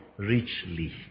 Richly